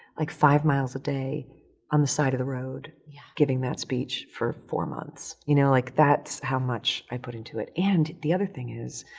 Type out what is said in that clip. like, five miles a day on the side of the road yeah giving that speech for four months. you know, like, that's how much i put into it. and the other thing is,